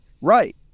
Right